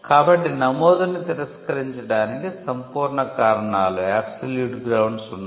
కాబట్టి నమోదును తిరస్కరించడానికి సంపూర్ణ కారణాలు కూడా ఉన్నాయి